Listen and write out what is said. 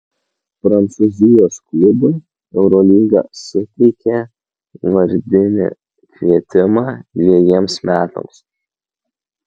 prancūzijos klubui eurolyga suteikė vardinį kvietimą dvejiems metams